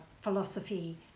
philosophy